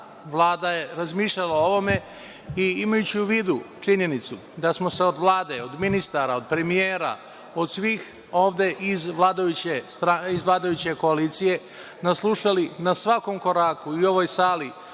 Vlada razmišljala o ovome. Imajući u vidu činjenicu da smo se od Vlade, od ministara, od premijera, od svih ovde iz vladajuće koalicije naslušali na svakom koraku, i u ovoj sali,